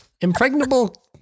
Impregnable